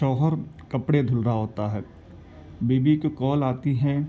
شوہر کپڑے دھل رہا ہوتا ہے بیوی کی کال آتی ہے